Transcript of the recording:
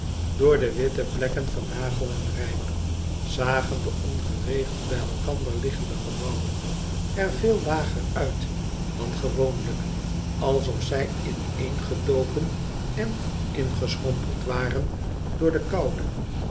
door de witte plekken van hagel en rijm zagen de ongeregeld bij elkander liggende gebouwen er veel lager uit dan gewoonlijk alsof zij ineengedoken en ingeschrompeld waren door de koude